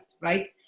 right